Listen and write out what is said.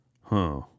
Huh